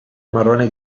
marrone